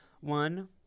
one